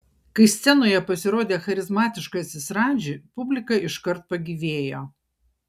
kai scenoje pasirodė charizmatiškasis radži publika iškart pagyvėjo